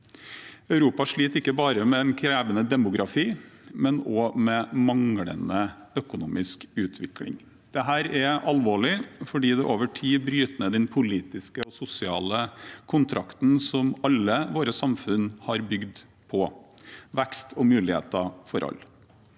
Europa sliter ikke bare med en krevende demografi, men også med manglende økonomisk utvikling. Dette er alvorlig fordi det over tid bryter ned den politiske og sosiale kontrakten som alle våre samfunn er bygd på: vekst og muligheter for alle.